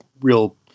real